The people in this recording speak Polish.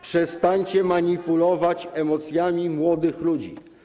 Przestańcie manipulować emocjami młodych ludzi.